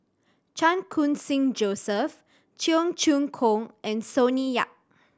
Chan Khun Sing Joseph Cheong Choong Kong and Sonny Yap